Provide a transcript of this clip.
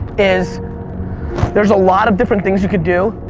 is there's a lot of different things you could do.